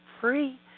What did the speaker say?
free